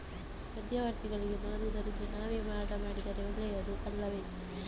ಮಧ್ಯವರ್ತಿಗಳಿಗೆ ಮಾರುವುದಿಂದ ನಾವೇ ಮಾರಾಟ ಮಾಡಿದರೆ ಒಳ್ಳೆಯದು ಅಲ್ಲವೇ?